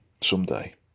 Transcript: someday